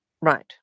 Right